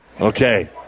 Okay